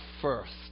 first